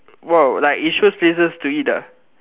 !wow! like it shows places to eat ah